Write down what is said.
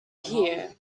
here